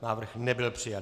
Návrh nebyl přijat.